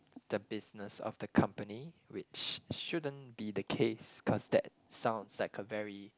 the business of the company which shouldn't be the case cause that sounds like a very